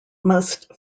must